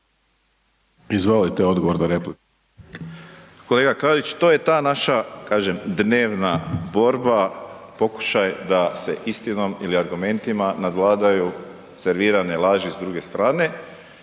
Izvolite, odgovor na repliku.